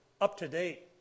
up-to-date